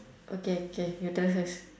okay okay your turn first